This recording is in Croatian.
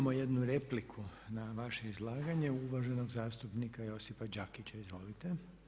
Imamo jednu repliku na vaše izlaganje uvaženog zastupnika Josipa Đakića, izvolite.